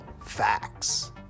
facts